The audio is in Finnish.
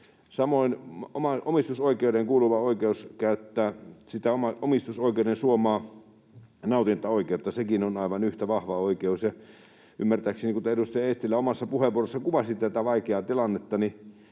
Samoin omistusoikeuteen kuuluva oikeus käyttää sitä omistusoikeuden suomaa nautintaoikeutta on sekin aivan yhtä vahva oikeus. Ja ymmärtääkseni, kuten edustaja Eestilä omassa puheenvuorossaan kuvasi tätä vaikeaa tilannetta,